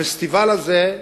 הפסטיבל הזה,